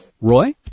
Roy